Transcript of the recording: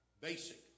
basic